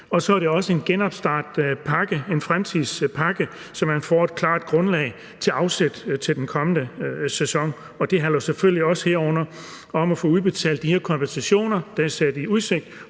og så er det også en genopstartspakke, en fremtidspakke, så man får et klart grundlag for afsættet til den kommende sæson. Og det handler jo selvfølgelig også herunder om at få udbetalt de her kompensationer, der er blevet sat i udsigt,